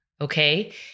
okay